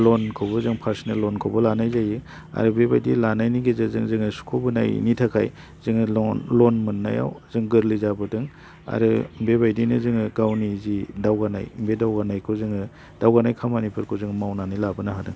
लनखौबो जों पार्सनेल लनखौबो लानाय जायो आरो बेबायदि लानायनि गेजेरजों जोङो सुख'बोनायनि थाखाय जोङो लन लन मोन्नायाव जों गोरलै जाबोदों आरो बे बायदिनो जोङो गावनि जि दावगानाय बे दावगानायखो जोङो दावगानाय खामानिफोरखौ जों मावनानै लाबोनो हादों